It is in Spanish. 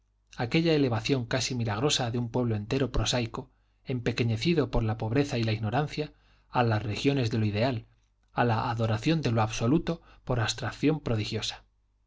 aquella elevación casi milagrosa de un pueblo entero prosaico empequeñecido por la pobreza y la ignorancia a las regiones de lo ideal a la adoración de lo absoluto por abstracción prodigiosa